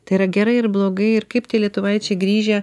tai yra gerai ar blogai ir kaip tie lietuvaičiai grįžę